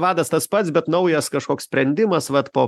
vadas tas pats bet naujas kažkoks sprendimas vat po